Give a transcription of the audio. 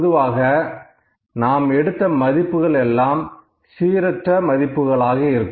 பொதுவாக நாம் எடுத்த மதிப்புகள் எல்லாம் சீரற்ற மதிப்புகளாக இருக்கும்